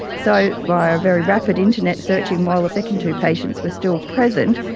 so by a very rapid internet search um while the second two patients were still present,